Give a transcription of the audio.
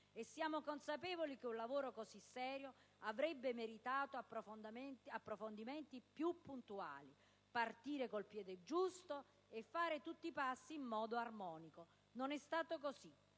e siamo consapevoli che un lavoro così serio avrebbe meritato approfondimenti più puntuali: partire con il piede giusto e fare tutti i passi in modo armonico. Non è stato così: